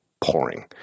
pouring